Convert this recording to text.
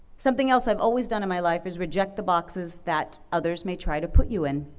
something else i've always done in my life is reject the boxes that others may try to put you in.